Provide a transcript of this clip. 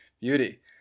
beauty